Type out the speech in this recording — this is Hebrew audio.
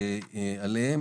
עליהן.